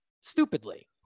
stupidly